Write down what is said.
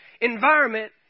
environment